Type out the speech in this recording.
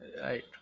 Right